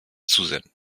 zusenden